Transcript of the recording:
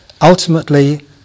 Ultimately